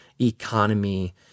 Economy